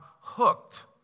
hooked